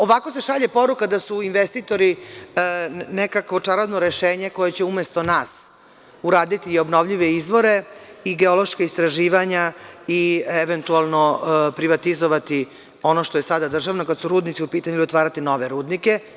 Ovako se šalje poruka da su investitori nekako čarobno rešenje koje će umesto nas uraditi i obnovljive izvore i geološka istraživanja i eventualno privatizovati ono što je sada državno, kada su rudnici u pitanju, otvarati nove rudnike.